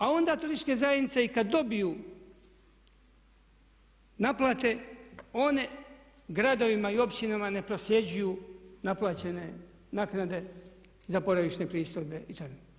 A onda turističke zajednice i kada dobiju naplate one gradovima i općinama ne prosljeđuju naplaćene naknade za boravišne pristojbe i članarine.